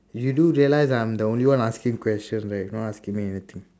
you do realize that i'm the only one asking questions leh you not asking me anything